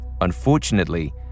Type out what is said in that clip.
Unfortunately